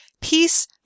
peace